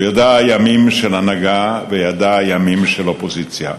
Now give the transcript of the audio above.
הוא ידע ימים של הנהגה וידע ימים של אופוזיציה,